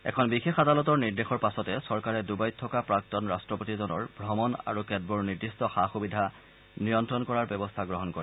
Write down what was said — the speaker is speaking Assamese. এখন বিশেষ আদালতৰ নিৰ্দেশৰ পাছতে চৰকাৰে ডুবাইত থকা প্ৰাক্তন ৰাট্টপতি জনৰ ভ্ৰমণ আৰু কেতবোৰ নিৰ্দিষ্ট সা সুবিধা নিয়ন্ত্ৰণ কৰাৰ ব্যৱস্থা গ্ৰহণ কৰে